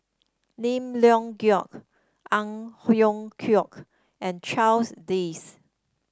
Lim Leong Geok Ang Hiong Chiok and Charles Dyce